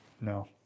No